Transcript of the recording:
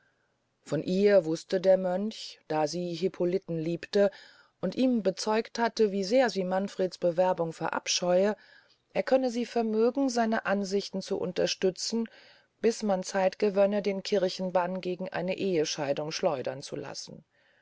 von ihr wuste der mönch da sie hippoliten liebte und ihm bezeugt hatte wie sehr sie manfreds bewerbung verabscheue er könne sie vermögen seine absichten zu unterstützen bis man zeit gewönne den kirchenbann gegen eine ehescheidung schleudern zu lassen